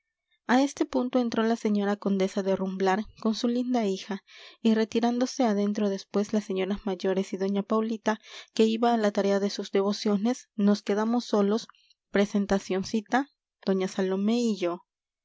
a este punto entró la señora condesa de rumblar con su linda hija y retirándose adentro después las señoras mayores y doña paulita que iba a la tarea de sus devociones nos quedamos solos presentacioncita doña salomé y yo